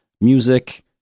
music